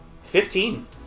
Fifteen